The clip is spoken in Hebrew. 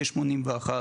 ו-181